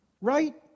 Right